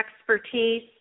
expertise